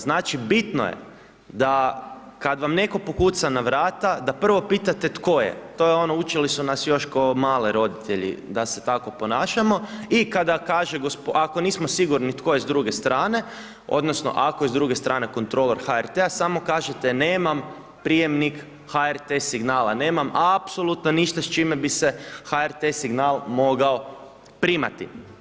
Znači, bitno je da kad vam netko pokuca na vrata da prvo pitate tko je, to je ono učili su nas još ko male roditelji da se tako ponašamo i kada kaže, ako nismo sigurni tko je s druge strane odnosno ako je s druge strane kontrolor HRT-a samo kažete nemam prijamnik, HRT signala nemam, a apsolutno ništa s čime bi se HRT signal mogao primati.